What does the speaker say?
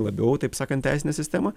labiau taip sakant teisinę sistemą